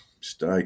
Stay